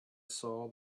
saw